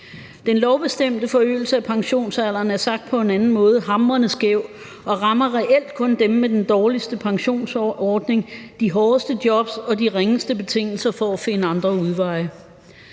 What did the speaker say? Den lovbestemte forøgelse af pensionsalderen er sagt på en anden måde hamrende skæv og rammer reelt kun dem med den dårligste pensionsordning, de hårdeste jobs og de ringeste betingelser for at finde andre udveje.